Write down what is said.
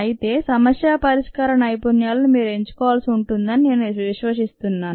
అయితే సమస్యా పరిష్కార నైపుణ్యాలను మీరు ఎంచుకోవాల్సి ఉంటుందని నేను విశ్వసిస్తున్నాను